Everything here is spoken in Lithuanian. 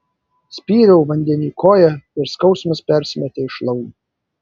spyriau vandenyj koja ir skausmas persimetė į šlaunį